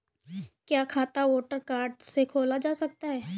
क्या खाता voter card से खोला जा सकता है?